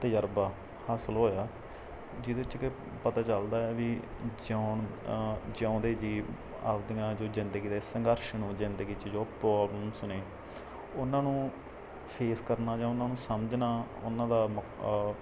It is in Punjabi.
ਤਜਰਬਾ ਹਾਸਲ ਹੋਇਆ ਜਿਹਦੇ 'ਚ ਕੇ ਪਤਾ ਚਲਦਾ ਹੈ ਵੀ ਜਿਉਣ ਜਿਉਂਦੇ ਜੀਅ ਆਪਦੀਆਂ ਜੋ ਜ਼ਿੰਦਗੀ ਦੇ ਸੰਘਰਸ਼ ਨੂੰ ਜਿੰਦਗੀ 'ਚ ਜੋ ਪ੍ਰੋਬਲਮਸ ਨੇ ਉਨ੍ਹਾਂ ਨੂੰ ਫੇਸ ਕਰਨਾ ਜਾਂ ਉਨ੍ਹਾਂ ਨੂੰ ਸਮਝਣਾ ਉਨ੍ਹਾਂ ਦਾ ਮਕਾ